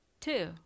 Two